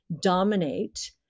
dominate